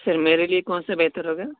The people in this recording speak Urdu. سر میرے لیے کون سے بہتر ہوگا